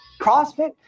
crossfit